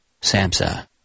Samsa